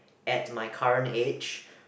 at my current age